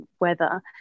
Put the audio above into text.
weather